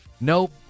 nope